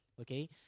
Okay